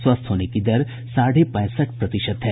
स्वस्थ होने की दर साढ़े पैंसठ प्रतिशत है